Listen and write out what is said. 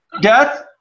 Death